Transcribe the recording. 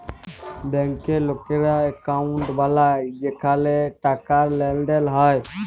ব্যাংকে লকেরা একউন্ট বালায় যেখালে টাকার লেনদেল হ্যয়